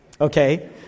okay